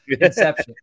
inception